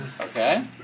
Okay